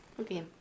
Okay